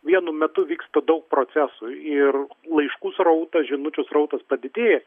vienu metu vyksta daug procesų ir laiškų srautas žinučių srautas padidėja